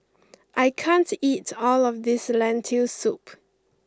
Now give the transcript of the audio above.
I can't eat all of this Lentil soup